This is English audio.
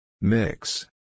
Mix